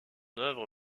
œuvre